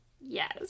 Yes